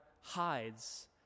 hides